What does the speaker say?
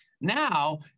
Now